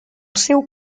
seu